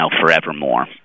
forevermore